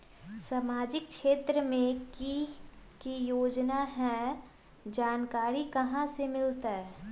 सामाजिक क्षेत्र मे कि की योजना है जानकारी कहाँ से मिलतै?